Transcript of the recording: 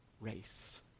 race